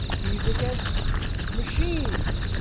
he's against machine,